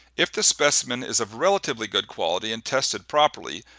if the specimen is of relatively good quality and tested properly,